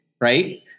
right